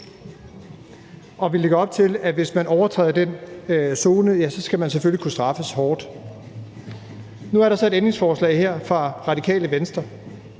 Og vi lægger op til, at hvis man overtræder den zone, skal man selvfølgelig kunne straffes hårdt. Nu er der så et ændringsforslag her fra Radikale Venstre.